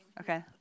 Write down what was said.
okay